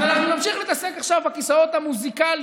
אז אנחנו נמשיך להתעסק עכשיו בכיסאות המוזיקליים,